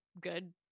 good